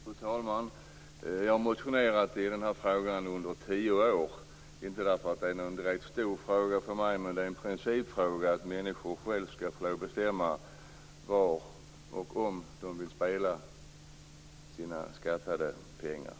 Fru talman! Jag har motionerat i den här frågan under tio år, inte därför att det är någon direkt stor fråga för mig, men det är en principfråga att människor själva skall få lov att bestämma var och om de vill spela med sina skattade pengar.